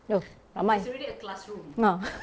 yo~ ramai ah